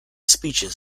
speeches